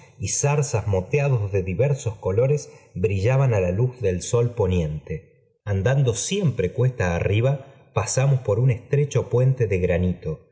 y zarzas moteadas de di ver sos colores brillaban á la luz del sol poniente andando siempre cuesta arriba pasamos por un eéf trecho puénte de granito